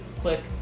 click